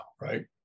right